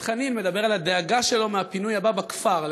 חנין מדבר על הדאגה שלו מהפינוי הבא בכפר.